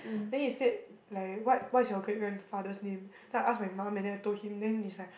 then he said like what what's your great grandfather's name then I ask my mum and then I told him then he's like